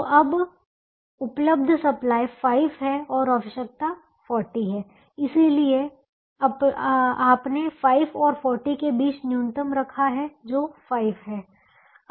तो अब उपलब्ध सप्लाई 5 है और आवश्यकता 40 है और इसलिए आपने 5 और 40 के बीच का न्यूनतम रखा है जो 5 है